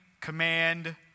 command